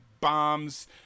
bombs